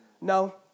no